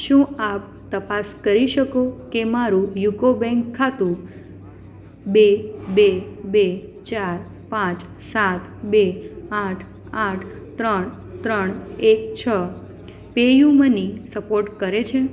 શું આપ તપાસ કરી શકો કે મારું યુકો બેંક ખાતું બે બે બે ચાર પાંચ સાત બે આઠ આઠ ત્રણ ત્રણ એક છ પેયુમની સપોર્ટ કરે છે